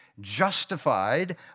justified